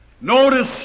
Notice